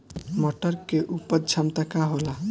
मटर के उपज क्षमता का होला?